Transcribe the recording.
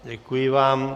Děkuji vám.